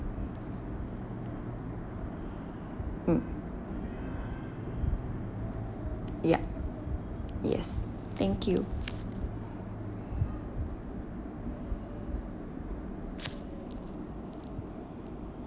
mm ya yes thank you